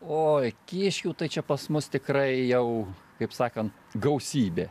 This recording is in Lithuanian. oi kiškių tai čia pas mus tikrai jau kaip sakant gausybė